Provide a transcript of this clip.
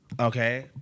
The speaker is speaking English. Okay